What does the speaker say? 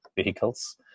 vehicles